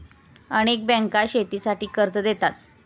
अनेक बँका शेतीसाठी कर्ज देतात